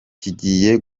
kigiye